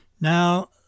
Now